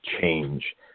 change